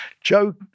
Joe